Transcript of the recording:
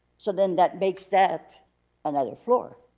so then that makes that another floor,